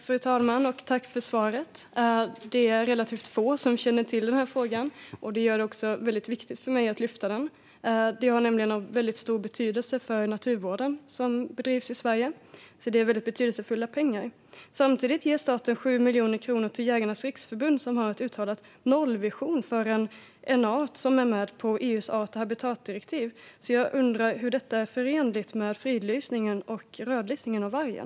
Fru talman! Tack för svaret! Det är relativt få som känner till denna fråga, och det gör det väldigt viktigt för mig att lyfta fram den. Detta har nämligen stor betydelse för den naturvård som bedrivs i Sverige, så det handlar om väldigt betydelsefulla pengar. Samtidigt ger staten 7 miljoner kronor till Jägarnas Riksförbund, som har en uttalad nollvision för en art som finns med i EU:s art och habitatdirektiv. Jag undrar hur detta är förenligt med fridlysningen och rödlistningen av vargen.